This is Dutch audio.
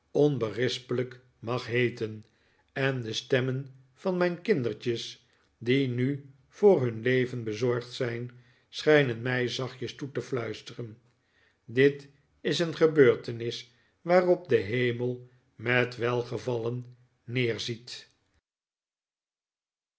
onberispelijk mag heeten en de stemmen van mijn kindertjes die nu voor hun leven bezorgd zijn schijnen mij zachtjes toe te fluisteren dit is een gebeurtenis waarop de hemel met welgevallen